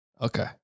Okay